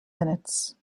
minutes